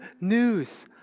news